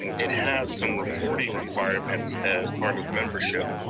um it has some reporting requirements as part of membership.